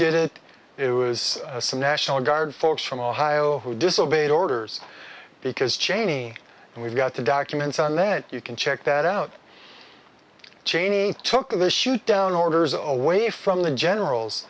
did it it was some national guard folks from ohio who disobey orders because cheney and we've got the documents and then you can check that out cheney took the shootdown orders away from the generals